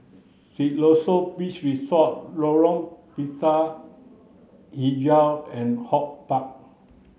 Siloso Beach Resort Lorong Pisang Hijau and HortPark